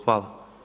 Hvala.